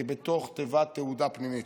כבתוך תיבת תהודה פנימית.